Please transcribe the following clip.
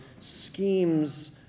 schemes